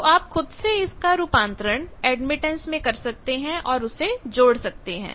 तो आपखुद से इसका रूपांतरण एडमिटेंस में कर सकते हैं और उसे जोड़ सकते हैं